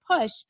push